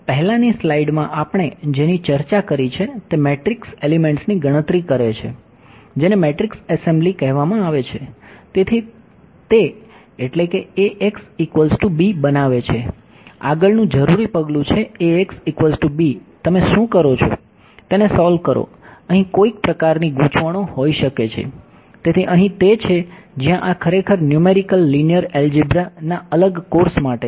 પહેલાની સ્લાઇડ ના અલગ કોર્સ માટે છે